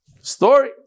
Story